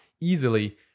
easily